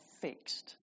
fixed